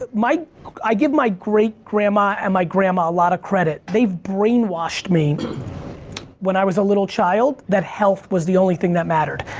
ah i give my great grandma and my grandma a lot of credit. they've brainwashed me when i was a little child that health was the only thing that mattered.